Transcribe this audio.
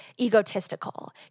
egotistical